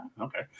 Okay